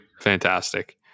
fantastic